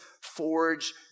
forge